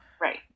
Right